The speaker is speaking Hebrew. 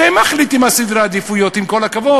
אתם מחליטים מה הם סדרי העדיפויות, עם כל הכבוד.